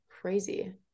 crazy